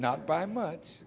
not by much